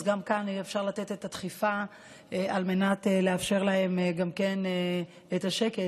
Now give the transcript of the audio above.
אז גם כאן יהיה אפשר לתת את הדחיפה על מנת לאפשר להם גם כן את השקט,